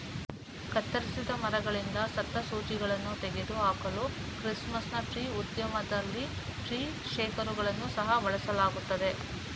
ಕತ್ತರಿಸಿದ ಮರಗಳಿಂದ ಸತ್ತ ಸೂಜಿಗಳನ್ನು ತೆಗೆದು ಹಾಕಲು ಕ್ರಿಸ್ಮಸ್ ಟ್ರೀ ಉದ್ಯಮದಲ್ಲಿ ಟ್ರೀ ಶೇಕರುಗಳನ್ನು ಸಹ ಬಳಸಲಾಗುತ್ತದೆ